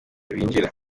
binjira